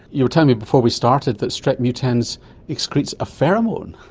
you were telling me before we started that strep mutans excretes a pheromone.